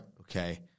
Okay